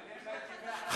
אני,